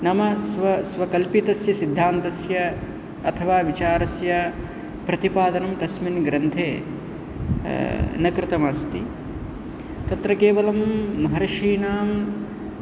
नाम स्व स्वकल्पितस्य सिद्धान्तस्य अथवा विचारस्य प्रतिपादनं तस्मिन् ग्रन्थे न कृतमस्ति तत्र केवलं महर्षिणां